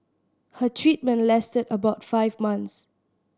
her treatment lasted about five months